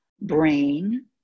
brain